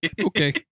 Okay